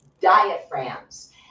diaphragms